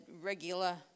regular